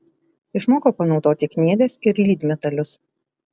išmoko panaudoti kniedes ir lydmetalius